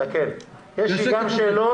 יש לי גם שאלות,